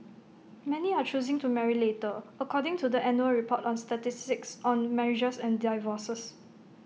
many are choosing to marry later according to the annual report on statistics on marriages and divorces